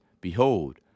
Behold